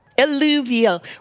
alluvial